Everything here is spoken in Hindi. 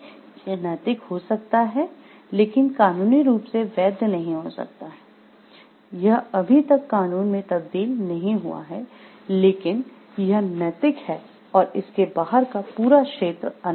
यह नैतिक हो सकता है लेकिन कानूनी रूप से वैध नहीं हो सकता है यह अभी तक कानून में तब्दील नहीं हुआ है लेकिन यह नैतिक है और इसके बाहर का पूरा क्षेत्र अनैतिक